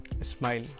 smile